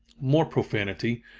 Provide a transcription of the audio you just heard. more profanity,